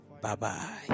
Bye-bye